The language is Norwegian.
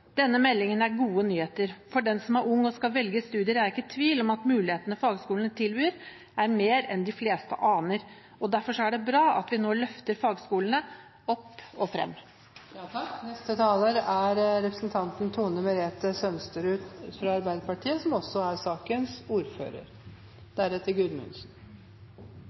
Denne meldingen er gode nyheter. For den som er ung og skal velge studier, er jeg ikke i tvil om at mulighetene fagskolene tilbyr, er flere enn de fleste aner. Derfor er det bra at vi nå løfter fagskolene opp og